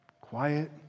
quiet